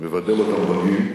מבדל אותם בגיל.